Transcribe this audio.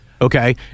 okay